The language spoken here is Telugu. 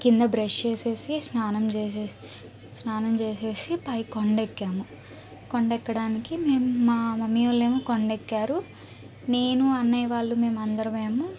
కింద బ్రెష్ చేసేసి స్నానం చేసే స్నానం చేసేసి పై కొండెక్కాము కొండేక్కడానికి మేమ్ మా మమ్మీ వాళ్ళేమో కొండెక్కారు నేను అన్నయ్య వాళ్ళు మేమందరమేమో